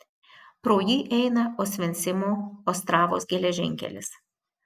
pro jį eina osvencimo ostravos geležinkelis